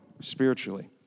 spiritually